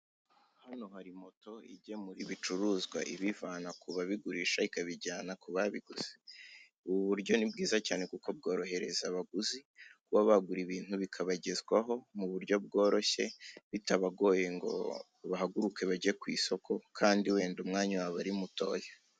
Hano hari moto igemura ibicuruzwa ibivana ku babigurisha, ikabijyana ku babiguze. Ubu buryo ni bwiza cyane kuko bworohereza abaguzi; kuba bagura ibintu bikabagezwaho mu buryo bworoshye, bitabagoye ngo bajye ku isoko kandi umwanya wabo ari mutoya.